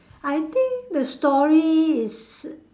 I think the story is